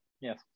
Yes